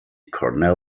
cornell